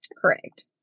Correct